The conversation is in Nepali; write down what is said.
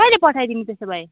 कहिले पठाइदिनु त्यसो भए